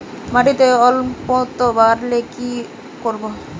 মাটিতে অম্লত্ব বাড়লে কি করব?